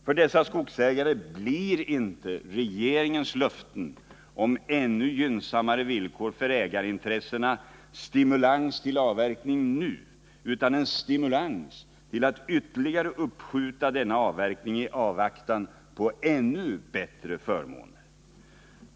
För dessa skogsägare blir inte regeringens löften om ännu gynnsammare villkor för ägareintressena stimulans till avverkning nu utan en stimulans till att ytterligare uppskjuta denna avverkning i avvaktan på ännu bättre förmåner.